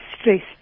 stressed